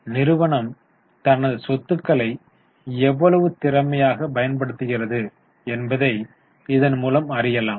எனவே நிறுவனம் தனது சொத்துக்களை எவ்வளவு திறமையாக பயன்படுத்துகிறது என்பதை இதன் மூலம் அறியலாம்